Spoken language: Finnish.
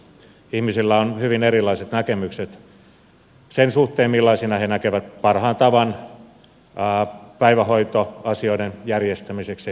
ihmisillä on hyvin erilaiset näkemykset sen suhteen millaisina he näkevät parhaan tavan päivähoitoasioiden järjestämiseksi perheissä